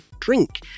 drink